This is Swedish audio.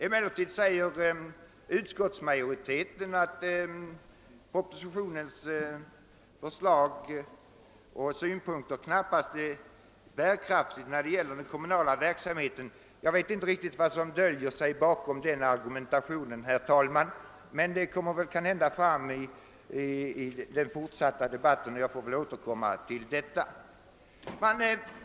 Utskottsmajoriteten anför emellertid att propositionens förslag och synpunkter knappast är bärkraftiga när det gäller den kommunala verksamheten. Jag vet inte riktigt vad som döljer sig bakom denna argumentation, men det kommer kanhända fram i den fortsatta debatten och jag får väl då återkomma härtill.